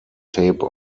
tape